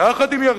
יחד עם ירדן,